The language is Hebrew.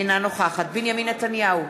אינה נוכחת בנימין נתניהו,